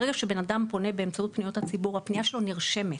ברגע שבן אדם פונה באמצעות פניות הציבור הפנייה שלו נרשמת,